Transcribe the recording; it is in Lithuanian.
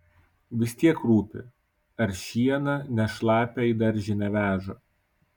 vis tiek rūpi ar šieną ne šlapią į daržinę veža